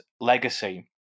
legacy